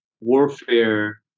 warfare